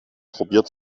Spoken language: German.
probiert